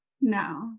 No